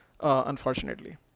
unfortunately